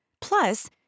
Plus